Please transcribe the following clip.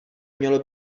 mělo